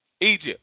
Egypt